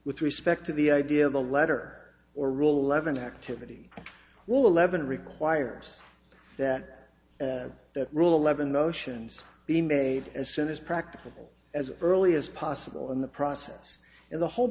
with respect to the idea of a letter or rule levon activity will eleven requires that rule eleven motions be made as soon as practicable as early as possible in the process and the whole